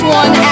one